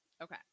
Okay